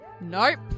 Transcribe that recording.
Nope